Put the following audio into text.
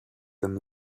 them